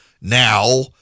now